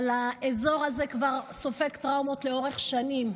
אבל האזור הזה סופג טראומות לאורך שנים.